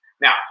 Now